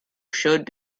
showed